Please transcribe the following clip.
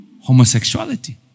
homosexuality